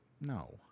No